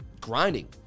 grinding